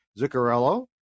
Zuccarello